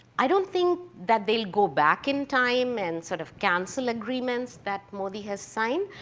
i don't think that they'll go back in time and sort of cancel agreements that modi has signed.